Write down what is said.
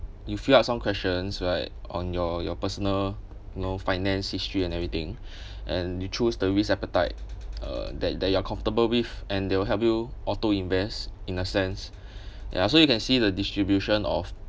you fill up some questions right on your your personal you know finance history and everything and you chose the risk appetite uh that that you are comfortable with and they will help you auto invest in a sense ya so you can see the distribution of